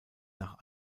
nach